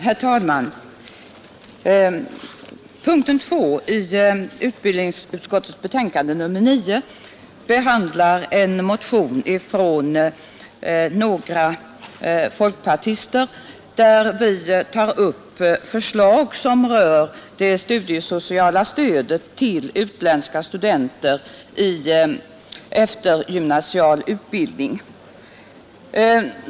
Herr talman! Punkten 2 i utbildningsutskottets betänkande nr 9 behandlar den av några folkpartister väckta motionen 1260, där vi har tagit upp förslag som rör det studiesociala stödet till utländska studenter i eftergymnasial utbildning.